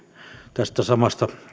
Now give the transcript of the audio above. tästä samasta